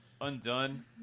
Undone